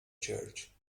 church